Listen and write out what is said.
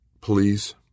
Please